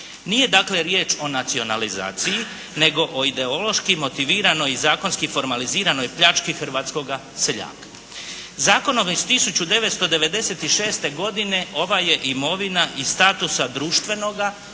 Nije dakle riječ o nacionalizaciji nego o ideološki motiviranoj i zakonski formaliziranoj pljački hrvatskoga seljaka. Zakonom iz 1996. godine ova je imovina iz statusa društvenoga